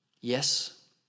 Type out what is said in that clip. yes